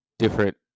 different